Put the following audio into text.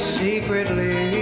secretly